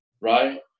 Right